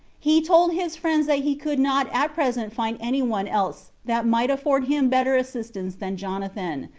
he told his friends that he could not at present find any one else that might afford him better assistance than jonathan,